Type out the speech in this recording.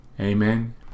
Amen